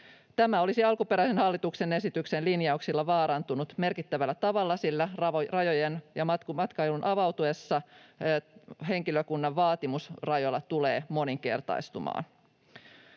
Tämä olisi alkuperäisen hallituksen esityksen linjauksilla vaarantunut merkittävällä tavalla, sillä rajojen ja matkailun avautuessa henkilökuntavaatimus rajoilla tulee moninkertaistumaan.